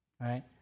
right